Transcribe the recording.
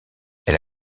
elle